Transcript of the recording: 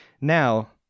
Now